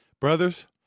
Brothers